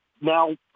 now